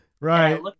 Right